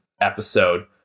episode